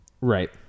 Right